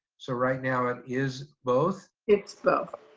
so, right now, it is both. it's both.